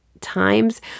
times